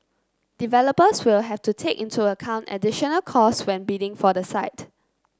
developers will have to take into account additional costs when bidding for the site